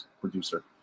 producer